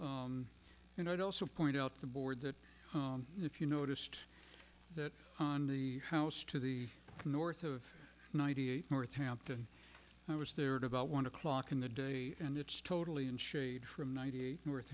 first and i'd also point out the board that if you noticed that the house to the north of ninety eight north hampton i was there at about one o'clock in the day and it's totally in shade from ninety eight north